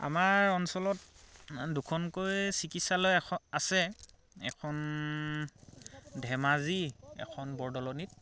আমাৰ অঞ্চলত দুখনকৈ চিকিৎসালয় এখ আছে এখন ধেমাজি এখন বৰদলনিত